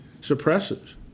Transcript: suppresses